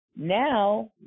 Now